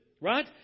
right